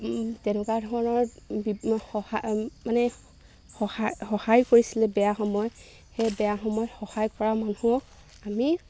তেনেকুৱা ধৰণৰ সহায় মানে সহায় সহায় কৰিছিলে বেয়া সময় সেই বেয়া সময়ত সহায় কৰা মানুহক আমি